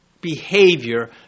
behavior